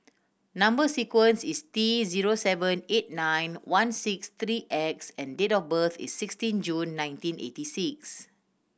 number sequence is T zero seven eight nine one six three X and date of birth is sixteen June nineteen eighty six